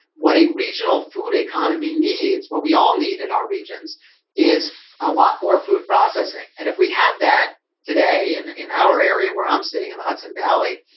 what a regional food economy needs, what we all need in our regions is a lot more food processing. and if we have that today and in our area where i'm sitting in the hudson valley,